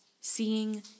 seeing